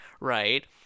right